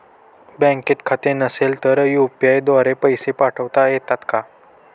बँकेत खाते नसेल तर यू.पी.आय द्वारे पैसे पाठवता येतात का?